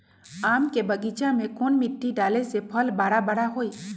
आम के बगीचा में कौन मिट्टी डाले से फल बारा बारा होई?